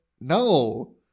No